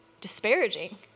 disparaging